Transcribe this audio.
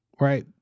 right